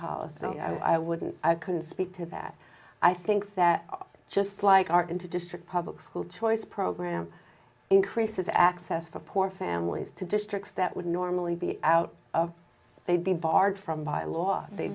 policy i wouldn't i can speak to that i think that just like are going to district public school choice program increases access for poor families to districts that would normally be out of they'd be barred from by law they